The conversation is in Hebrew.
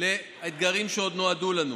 לאתגרים שעוד נועדו לנו.